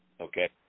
Okay